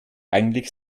eigentlich